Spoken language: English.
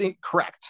correct